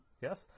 Yes